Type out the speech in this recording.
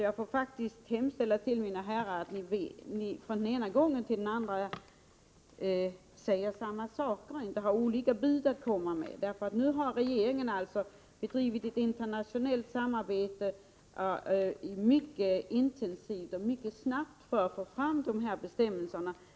Jag får faktiskt hemställa till er, mina herrar, att ni från den ena gången till den andra säger samma saker och inte har olika bud att komma med. Nu har regeringen alltså bedrivit ett internationellt samarbete mycket intensivt och mycket snabbt för att få fram bestämmelser.